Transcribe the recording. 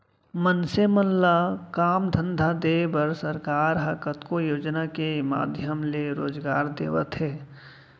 मनसे मन ल काम धंधा देय बर सरकार ह कतको योजना के माधियम ले रोजगार देवत हे